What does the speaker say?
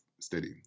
Steady